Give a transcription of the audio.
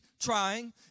trying